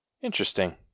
Interesting